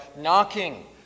knocking